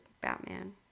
Batman